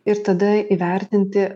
ir tada įvertinti